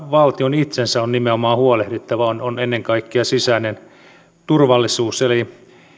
valtion itsensä on nimenomaan huolehdittava on on ennen kaikkea sisäinen turvallisuus eli